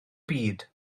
byd